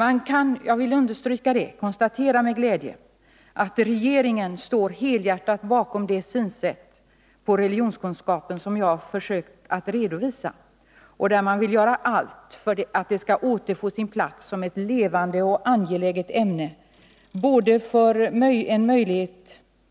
Jag kan — jag vill understryka det — med glädje konstatera att regeringen helhjärtat står bakom det synsätt i fråga om religionskunskapen som jag försökt att redovisa och som innebär att man vill göra allt för att religionskunskap skall återfå sin plats som ett levande och angeläget ämne både för möjligheten